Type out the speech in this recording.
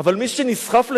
אבל מי שנסחף לשם,